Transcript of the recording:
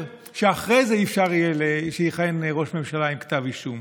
שאחרי זה אי-אפשר שיכהן ראש ממשלה עם כתב אישום